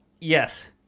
Yes